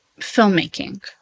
filmmaking